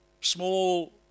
small